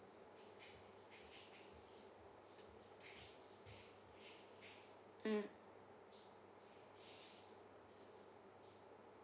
mm